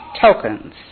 tokens